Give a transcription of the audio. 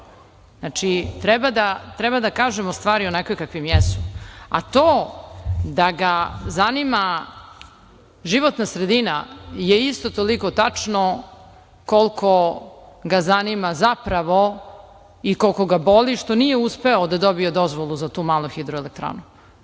Treba da kažemo stvari onakvim kakve jesu. To da ga zanima životna sredina je isto toliko tačno koliko ga zanima, zapravo i koliko ga boli što nije uspeo da dobije dozvolu za tu malu hidroelektranu,